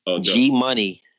G-Money